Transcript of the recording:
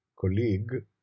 colleague